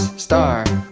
star